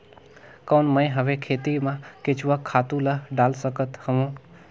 कौन मैं हवे खेती मा केचुआ खातु ला डाल सकत हवो?